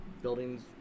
Buildings